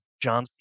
John